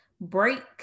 break